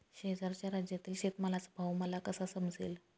शेजारच्या राज्यातील शेतमालाचा भाव मला कसा समजेल?